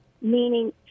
meaning